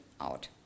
out